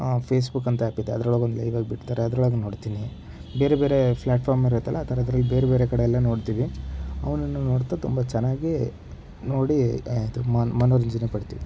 Facebook ಅಂತ ಆ್ಯಪಿದೆ ಅದರೊಳಗೆ ಒಂದು ಲೈವ್ ಆಗಿ ಬಿಡ್ತಾರೆ ಅದರೊಳಗೆ ನೋಡ್ತೀನಿ ಬೇರೆ ಬೇರೆ ಫ್ಲಾಟ್ಫಾರ್ಮ್ ಇರತ್ತಲ್ಲ ಆ ಥರದ್ರಲ್ಲಿ ಬೇರೆ ಬೇರೆ ಕಡೆಯೆಲ್ಲ ನೋಡ್ತೀವಿ ಅವನನ್ನು ನೋಡ್ತಾ ತುಂಬ ಚೆನ್ನಾಗಿ ನೋಡಿ ಇದು ಮನೋರಂಜನೆ ಪಡ್ತೀವಿ